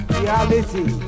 reality